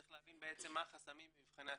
צריך להבין מה החסמים במבחני התמיכה.